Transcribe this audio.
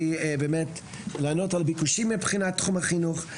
באמת לענות על ביקושים מבחינת תחום החינוך.